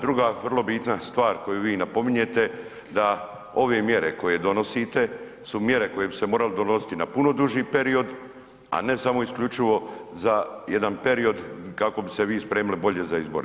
Druga vrlo bitna stvar koju vi napominjete da ove mjere koje donosite su mjere koje bi se morale donositi na puno duži period, a ne samo isključivo za jedan period kako bi se vi spremili bolje za izbore.